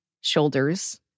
shoulders